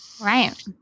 Right